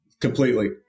Completely